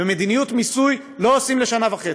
ומדיניות מיסוי לא עושים לשנה וחצי.